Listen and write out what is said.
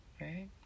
right